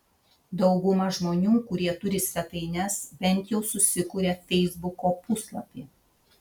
dauguma žmonių kurie turi svetaines bent jau susikuria feisbuko puslapį